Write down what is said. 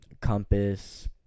compass